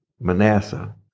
Manasseh